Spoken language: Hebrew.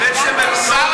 דיור